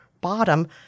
bottom